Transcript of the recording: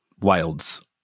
Wilds